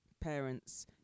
parents